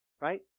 Right